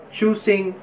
choosing